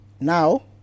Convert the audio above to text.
Now